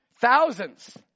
Thousands